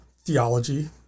theology